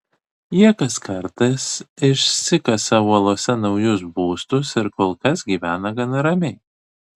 jie kas kartas išsikasa uolose naujus būstus ir kol kas gyvena gana ramiai